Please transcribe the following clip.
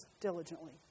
diligently